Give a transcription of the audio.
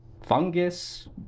fungus